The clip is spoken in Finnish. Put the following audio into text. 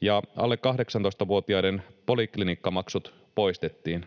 ja alle 18-vuotiaiden poliklinikkamaksut poistettiin.